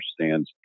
understands